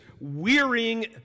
wearying